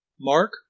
Mark